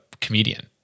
comedian